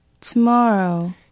Tomorrow